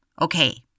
Okay